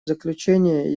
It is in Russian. заключение